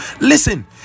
Listen